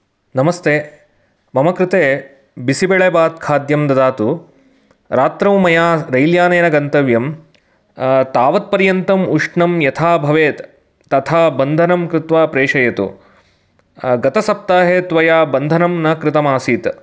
नमस्ते मम कृते बिसिबेळे भात् खाद्यं ददातु रात्रौ मया रैल् यानेन गन्तव्यं तावद् पर्यन्तम् उष्णं यथा भवेद् तथा बन्धनं कृत्वा प्रेषयतु गतसप्ताहे त्वया बन्धनं न कृतम् आसीत्